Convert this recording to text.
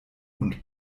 und